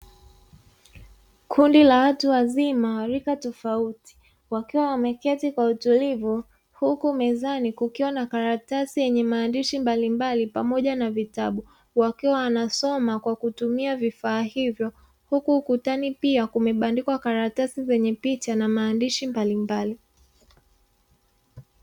Kundi la watu wazima wa rika tofauti, wakiwa wameketi kwa utulivu, huku mezani kukiwa na karatasi yenye maandishi mbalimbali pamoja na vitabu, wakiwa wanasoma kwa kutumia vifaa hivyo, huku ukutani pia kumebandikwa karatasi zenye picha na maandishi mbalimbali.